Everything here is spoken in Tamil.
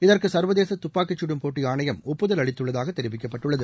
இதற்கு சா்வதேச துப்பாக்கிச்கடும் போட்டி ஆணையம் ஒப்புதல் அளித்துள்ளதாக தெரிவிக்கப்பட்டுள்ளது